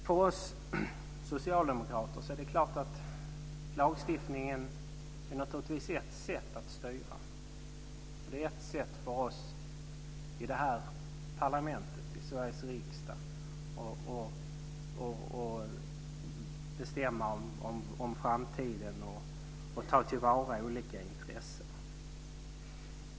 För oss socialdemokrater är lagstiftning naturligtvis ett sätt att styra. Det är ett sätt för oss i parlamentet, i Sveriges riksdag, att bestämma om framtiden och tillvarata olika intressen.